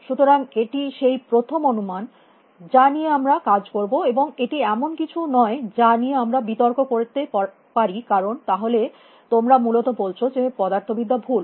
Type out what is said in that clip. সুতরাং এটিই সেই প্রথম অনুমান যা নিয়ে আমরা কাজ করব এবং এটি এমন কিছু নয় যা নিয়ে আমরা বিতর্ক করতে পারি কারণ তাহলে তোমরা মূলত বলছ যে পদার্থবিদ্যা ভুল